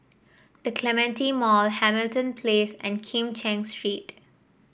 The Clementi Mall Hamilton Place and Kim Cheng Street